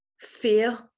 fear